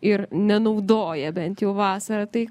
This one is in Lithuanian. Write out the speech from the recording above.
ir nenaudoja bent jau vasarą tai